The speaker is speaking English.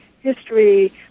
history